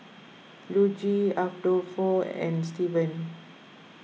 Luigi Adolfo and Steven